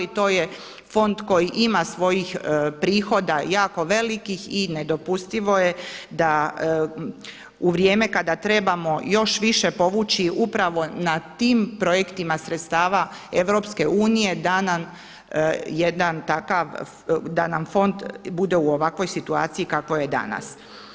To je fond koji ima svojih prihoda jako velikih i nedopustivo je da u vrijeme kada trebamo još više povući upravo na tim projektima sredstava EU da nam jedan da nam fond bude u ovakvoj situaciji kakvoj je danas.